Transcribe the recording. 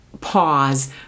pause